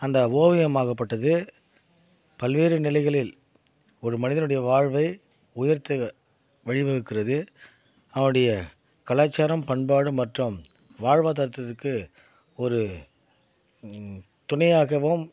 அந்த ஓவியமாகப்பட்டது பல்வேறு நிலைகளில் ஒரு மனிதனுடைய வாழ்வை உயர்த்த வழிவகுக்கிறது அவனுடைய கலாச்சாரம் பண்பாடு மற்றும் வாழ்வாதாரத்திற்கு ஒரு துணையாகவும்